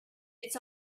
its